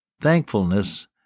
Thankfulness